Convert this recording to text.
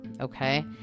okay